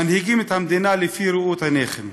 מנהיגים את המדינה לפי ראות עיניכם,